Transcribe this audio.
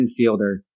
infielder